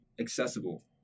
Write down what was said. accessible